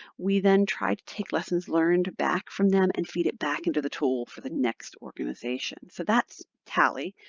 we then try to take lessons learned back from them and feed it back into the tool for the next organization. so that's t a